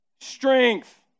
Strength